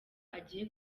agiye